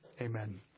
Amen